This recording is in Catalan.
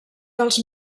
dels